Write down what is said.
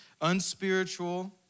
unspiritual